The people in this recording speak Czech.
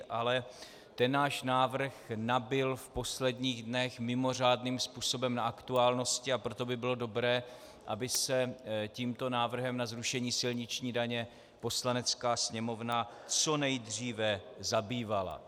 Ale ten náš návrh nabyl v posledních dnech mimořádným způsobem na aktuálnosti, a proto by bylo dobré, aby se tímto návrhem na zrušení silniční daně Poslanecká sněmovna co nejdříve zabývala.